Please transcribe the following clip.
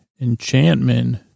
Enchantment